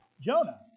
Jonah